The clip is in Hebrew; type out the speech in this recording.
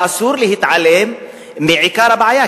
ואסור להתעלם מעיקר הבעיה,